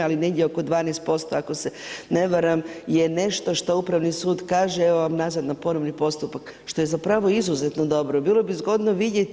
Ali negdje oko 12% ako se ne varam je nešto što Upravni sud kaže evo vam nazad na ponovni postupak što je zapravo izuzetno dobro i bilo bi zgodno vidjeti.